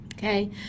Okay